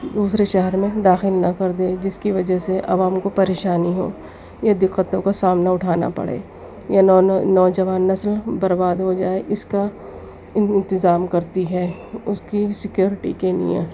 دوسرے شہر میں داخل نہ کر دے جس کی وجہ سے عوام کو پریشانی ہو یا دقتوں کا سامنا اٹھانا پڑے یا نوجوان نسل برباد ہو جائے اس کا انتظام کرتی ہیں اس کی سکیورٹی کے لیے